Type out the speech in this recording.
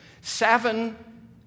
seven